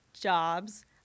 jobs